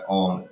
on